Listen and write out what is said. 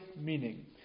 meaning